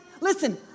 listen